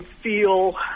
feel